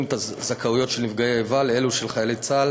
את הזכאויות של נפגעי איבה לאלו של חיילי צה״ל